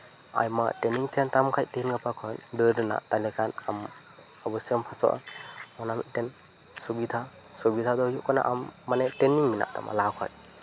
ᱟᱭᱢᱟ ᱴᱨᱮᱱᱤᱝ ᱛᱟᱦᱮᱸ ᱞᱮᱱ ᱛᱟᱢ ᱠᱷᱟᱱ ᱛᱮᱦᱤᱧ ᱜᱟᱯᱟ ᱠᱷᱚᱱ ᱫᱟᱹᱲ ᱨᱮᱱᱟᱜ ᱛᱟᱹᱞᱤᱠᱟ ᱟᱢ ᱚᱵᱚᱥᱥᱳᱭ ᱮᱢ ᱯᱷᱟᱥᱚᱜᱼᱟ ᱚᱱᱟ ᱢᱤᱫᱴᱮᱱ ᱥᱩᱵᱤᱫᱷᱟ ᱥᱩᱵᱤᱫᱷᱟ ᱫᱚ ᱦᱩᱭᱩᱜ ᱠᱟᱱᱟ ᱟᱢ ᱢᱟᱱᱮ ᱴᱨᱮᱱᱤᱝ ᱢᱮᱱᱟᱜ ᱛᱟᱢᱟ ᱞᱟᱦᱟ ᱠᱷᱚᱱ